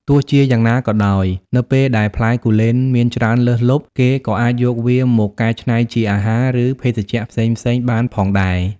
ទោះជាយ៉ាងណាក៏ដោយ នៅពេលដែលផ្លែគូលែនមានច្រើនលើសលប់ គេក៏អាចយកវាមក កែច្នៃជាអាហារ ឬភេសជ្ជៈផ្សេងៗ បានផងដែរ។